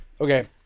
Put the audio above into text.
okay